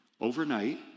overnight